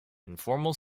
informal